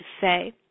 say